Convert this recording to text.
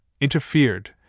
interfered